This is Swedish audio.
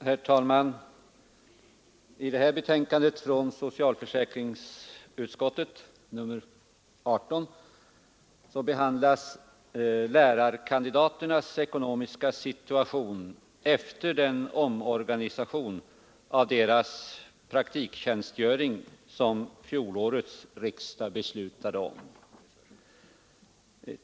Herr talman! I detta betänkande från socialförsäkringsutskottet, nr 18, behandlas lärarkandidaternas ekonomiska situation efter den omorganisation av deras praktiktjänstgöring som fjolårets riksdag beslutade om.